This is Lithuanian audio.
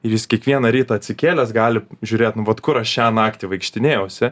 ir jis kiekvieną rytą atsikėlęs gali žiūrėt nu vat kur aš šią naktį vaikštinėjausi